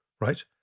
right